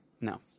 No